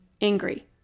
angry